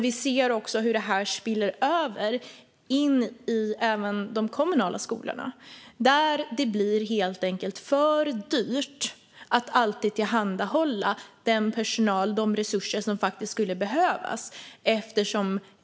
Vi ser också hur det här spiller över även i de kommunala skolorna där det helt enkelt blir för dyrt att alltid tillhandahålla den personal och de resurser som faktiskt skulle behövas.